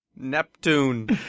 Neptune